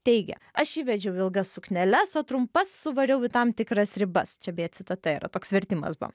teigia aš įvedžiau ilgas sukneles o trumpas suvariau į tam tikras ribas čia beje citata yra toks vertimas buvo